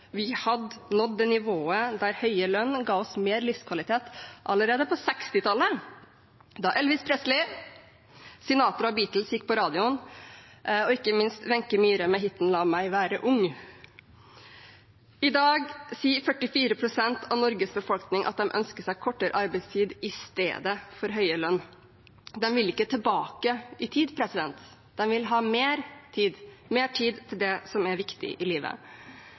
vi hadde nådd nivået der høyere lønn ga oss mer livskvalitet, allerede på 1960-tallet, da Elvis Presley, Sinatra og Beatles var på radioen – og ikke minst Wenche Myhre med hiten «La meg være ung». I dag sier 44 pst. av Norges befolkning at de ønsker seg kortere arbeidstid i stedet for høyere lønn. De vil ikke tilbake i tid, de vil ha mer tid – mer tid til det som er viktig i livet.